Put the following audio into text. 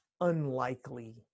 unlikely